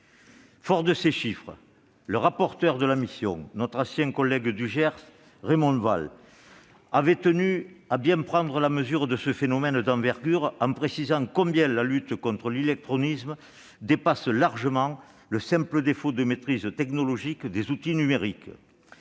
Fort de ces chiffres, le rapporteur de la mission, notre ancien collègue du Gers Raymond Vall, avait tenu à bien prendre la mesure de ce phénomène d'envergure, en précisant combien la lutte contre l'illectronisme dépasse largement le simple défaut de maîtrise technologique des outils numériques.